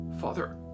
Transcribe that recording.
Father